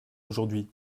aujourd’hui